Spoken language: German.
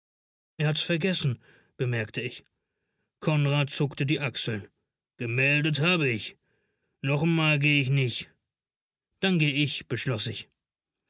er hat's vergessen bemerkte ich konrad zuckte die achseln gemeldet hab ich noch n mal geh ich nich dann geh ich beschloß ich